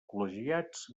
col·legiats